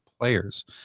players